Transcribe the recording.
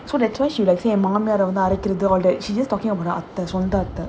so that's why she like say மாமா:mama all that she just talking about the அத்த சொந்த அத்த:antha sondha antha